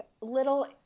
little